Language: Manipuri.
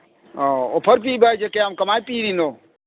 ꯑꯧ ꯑꯣꯐꯔ ꯄꯤꯕ ꯍꯥꯏꯁꯦ ꯀ꯭ꯌꯥꯝ ꯀꯃꯥꯏꯅ ꯄꯤꯔꯤꯅꯣ